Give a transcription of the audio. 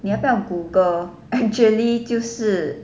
你要不要 Google actually 就是